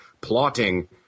plotting